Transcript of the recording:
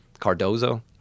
Cardozo